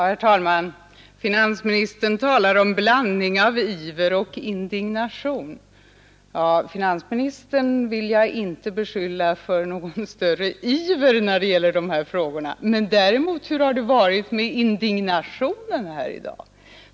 Herr talman! Finansministern talar om en blandning av iver och indignation. Ja, finansministern vill jag inte beskylla för någon större iver när det gäller dessa frågor. Men hur har det varit med indignationen i dag?